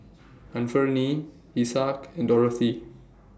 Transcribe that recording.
Anfernee Isaak and Dorothea